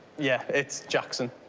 yeah, it's jackson.